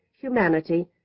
humanity